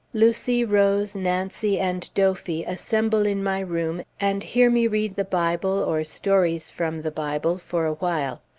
lucy, rose, nancy, and dophy assemble in my room, and hear me read the bible, or stories from the bible for a while.